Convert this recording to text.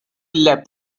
leapt